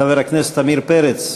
חבר הכנסת עמיר פרץ,